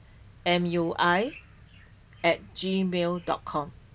M U I at gmail dot com